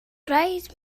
rhaid